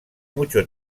mucho